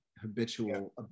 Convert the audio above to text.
habitual